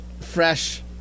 fresh